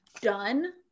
done